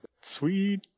Sweet